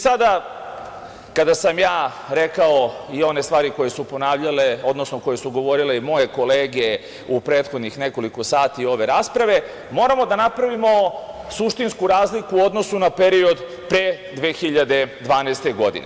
Sada, kada sam ja rekao i one stvari koje su ponavljale, odnosno koje su govorile i moje kolege u prethodnih nekoliko sati ove rasprave, moramo da napravimo suštinsku razliku u odnosu na period pre 2012. godine.